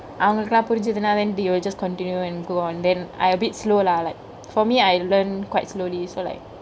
அவங்களுக்குலா புரிஞ்சதுனா:avangkalukulaa purinjathunaa then they will just continue and go on then I a bit slow lah like for me I learn quite slowly so like